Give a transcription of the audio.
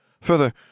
Further